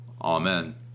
Amen